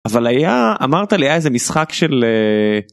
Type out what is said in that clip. אבל היה אמרת לי איזה משחק של.